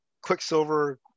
Quicksilver